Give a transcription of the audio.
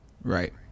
right